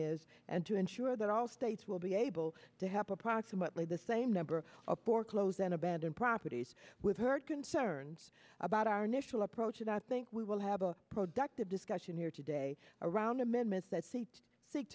is and to ensure that all states will be able to help approximately the same number of poor clothes and abandoned properties with her concerns about our initial approach and i think we will have a productive discussion here today around amendments that seat seek